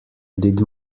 did